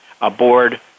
aboard